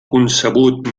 concebut